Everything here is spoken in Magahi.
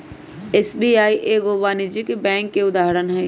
एस.बी.आई एगो वाणिज्यिक बैंक के उदाहरण हइ